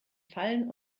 fallen